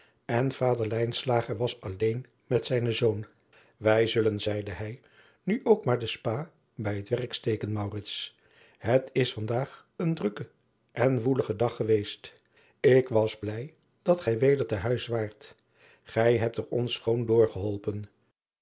en vader was alleen met zijnen zoon ij zullen zeide hij nu ook maar de spa bij het werk steken et is van daag een drukke en woelige dag geweest k was blij dat gij weder te huis waart ij hebt er ons schoon door geholpen